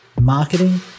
marketing